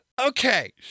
Okay